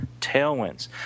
tailwinds